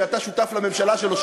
שאתה שותף לממשלה שלו,